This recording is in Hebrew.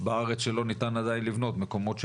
בארץ שלא ניתן עדיין לבנות, מקומות שפונו.